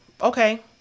Okay